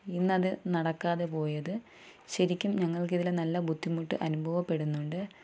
ഇന്നത് നടക്കാതെ പോയത് ശരിക്കും ഞങ്ങൾക്കിതില് നല്ല ബുദ്ധിമുട്ട് അനുഭവപ്പെടുന്നുണ്ട്